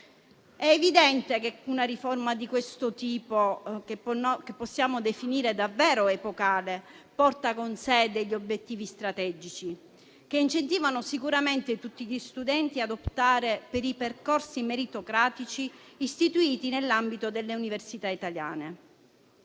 È evidente che una riforma di questo tipo, che possiamo definire davvero epocale, porta con sé degli obiettivi strategici che incentivano sicuramente tutti gli studenti ad optare per i percorsi meritocratici istituiti nell'ambito delle università italiane.